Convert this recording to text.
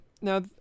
now